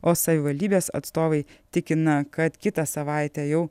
o savivaldybės atstovai tikina kad kitą savaitę jau